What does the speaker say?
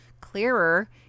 clearer